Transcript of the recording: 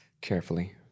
Carefully